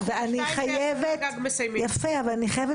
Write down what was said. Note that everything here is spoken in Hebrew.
ואני חייבת